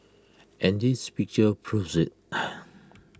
and this picture proves IT